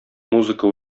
музыка